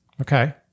Okay